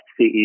CEO